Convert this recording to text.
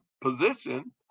position